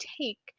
take